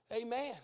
Amen